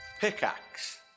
Pickaxe